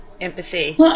empathy